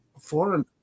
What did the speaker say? foreign